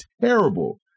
terrible